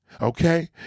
Okay